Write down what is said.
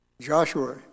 Joshua